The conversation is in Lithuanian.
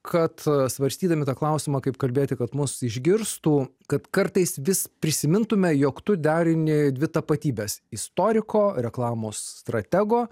kad svarstydami tą klausimą kaip kalbėti kad mus išgirstų kad kartais vis prisimintume jog tu derini dvi tapatybes istoriko reklamos stratego